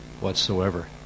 whatsoever